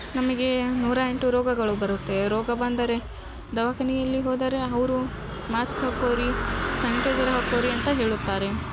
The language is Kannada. ನಮಗೆ ನೂರ ಎಂಟು ರೋಗಗಳು ಬರುತ್ತೆ ರೋಗ ಬಂದರೆ ದವಾಖಾನಿಯಲ್ಲಿ ಹೋದರೆ ಅವರು ಮಾಸ್ಕ್ ಹಾಕೋರಿ ಸ್ಯಾನಿಟೈಝರ್ ಹಾಕೋರಿ ಅಂತ ಹೇಳುತ್ತಾರೆ